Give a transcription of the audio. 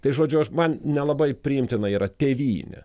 tai žodžiu aš man nelabai priimtina yra tėvynė